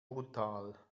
brutal